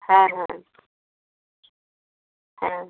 হ্যাঁ হ্যাঁ হ্যাঁ